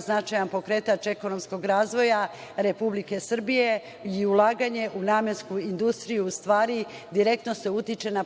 značajan pokretač ekonomskog razvoja Republike Srbije i ulaganjem u namensku industriju u stvari direktno se utiče na